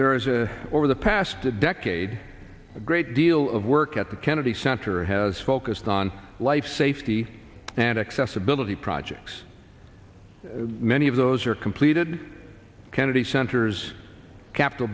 there as a over the past a decade a great deal of work at the kennedy center has focused on life safety and accessibility projects many of those are completed kennedy center's capitol